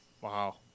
Wow